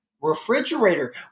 Refrigerator